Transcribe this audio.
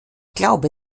glaube